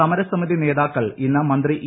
സമരസമിതി നേതാക്കൾ ഇന്ന് മന്ത്രി ഇ